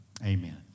amen